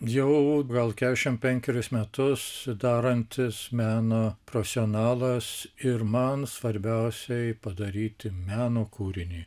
jau gal keturiasdešimt penkerius metus sudarantis meną profesionalas ir man svarbiausiai padaryti meno kūrinį